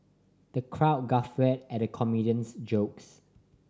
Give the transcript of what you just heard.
the crowd guffawed at the comedian's jokes